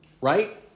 right